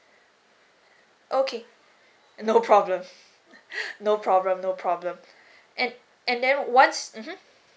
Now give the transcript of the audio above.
okay no problem no problem no problem and and then once mmhmm